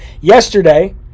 Yesterday